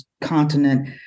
continent